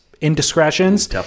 indiscretions